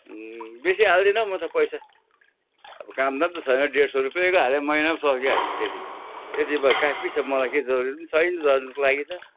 बेसी हाल्दिनँ हौ म त पैसा अब काम दाम त छैन अब डेढ सय रुप्पेको हाल्यो भने महिना सकिहाल्छ त्यति भए यति भए काफी छ मलाई के जरुरी छैन जरुरीको लागि त